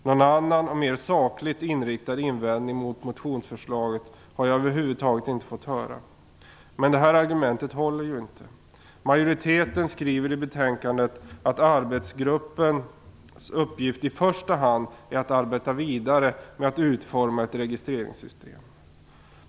Någon annan och mer sakligt inriktad invändning mot motionsförslaget har jag över huvud taget inte fått höra. Men det här argumentet håller ju inte. Majoriteten skriver i betänkandet att arbetsgruppens uppgift i första hand är att arbeta vidare med att utforma ett registreringssystem.